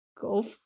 go